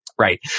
Right